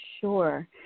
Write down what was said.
Sure